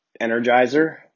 energizer